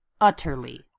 utterly